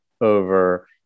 over